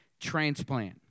Transplant